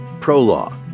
Prologue